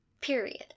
Period